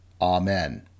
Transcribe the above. Amen